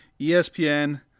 ESPN